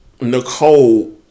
Nicole